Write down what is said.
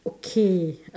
okay